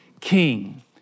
king